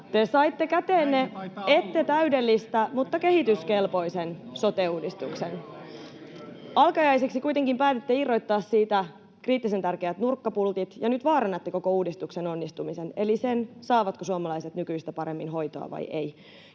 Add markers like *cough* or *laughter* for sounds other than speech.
Te saitte käteenne ette täydellistä mutta kehityskelpoisen sote-uudistuksen. *noise* Alkajaisiksi kuitenkin päätitte irrottaa siitä kriittisen tärkeät nurkkapultit, ja nyt vaarannatte koko uudistuksen onnistumisen, eli sen, saavatko suomalaiset nykyistä paremmin hoitoa vai eivät.